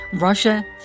Russia